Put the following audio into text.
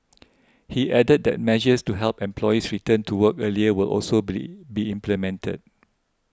he added that measures to help and employees return to work earlier will also be implemented